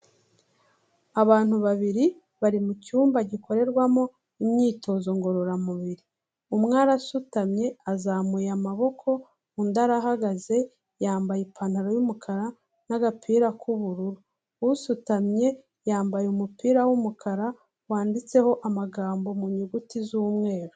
Abantu babiri bari mucyumba gikorerwamo imyitozo ngororamubiri umwe arasutamye azamuye amaboko, undi arahagaze yambaye ipantaro y'umukara n'agapira k'ubururu, usutamye yambaye umupira w'umukara wanditseho amagambo mu nyuguti z'umweru.